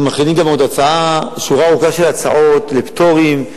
אנחנו מכינים שורה ארוכה של הצעות לפטורים,